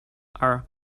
are